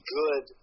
good